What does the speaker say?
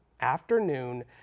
afternoon